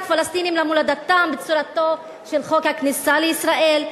פלסטינים למולדתם בצורתו של חוק הכניסה לישראל,